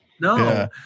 No